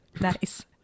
Nice